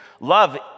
Love